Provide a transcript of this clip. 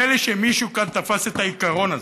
ונדמה לי שמישהו כאן תפס את העיקרון הזה.